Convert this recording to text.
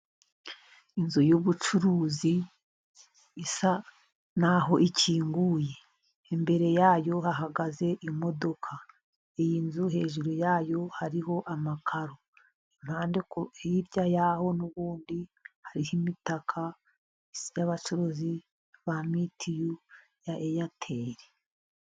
Inzu y'ubucuruzi isa naho ikinguye ,imbere yayo hahagaze imodoka. Iyi nzu hejuru yayo hariho amakaro, impande hirya y'aho n'ubundi ,hariho imitaka y'abacuruzi ba mitiyu ya eyateli.